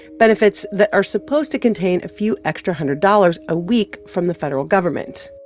benefits that are supposed to contain a few extra hundred dollars a week from the federal government.